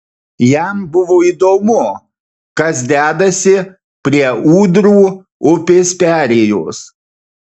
jam buvo įdomu kas dedasi prie ūdrų upės perėjos